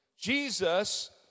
Jesus